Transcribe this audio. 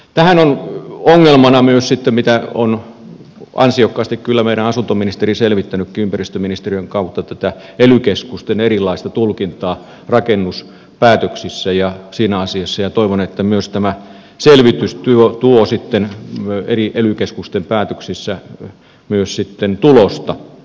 tässä on ongelmana myös sitten mitä on ansiokkaasti kyllä meidän asuntoministerimme selvittänytkin ympäristöministeriön kautta tämä ely keskusten erilainen tulkinta rakennuspäätöksissä ja siinä asiassa ja toivon että myös tämä selvitys tuo sitten eri ely keskusten päätöksissä tulosta